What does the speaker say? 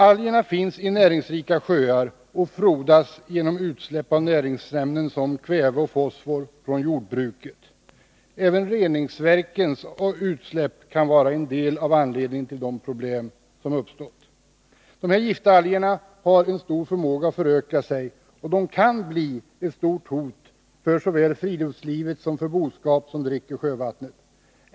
Algerna finns i näringsrika sjöar och frodas genom utsläpp av näringsämnen som kväve och fosfor från jordbruket. Även reningsverkens utsläpp kan vara en del av anledningen till de problem som uppstått. Giftalgerna har en stor förmåga att föröka sig, och de kan bli ett stort hot såväl för friluftslivet som för boskap som dricker sjövattnet.